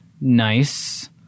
nice